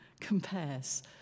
compares